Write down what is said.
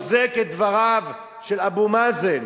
מחזק את דבריו של אבו מאזן,